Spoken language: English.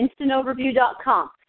instantoverview.com